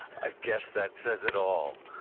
i guess that says it all.